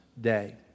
day